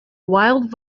wild